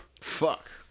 fuck